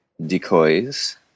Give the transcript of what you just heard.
decoys